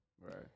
Right